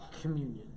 communion